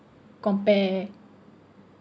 compare